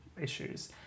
issues